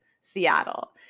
Seattle